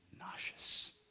nauseous